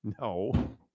No